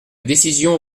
décision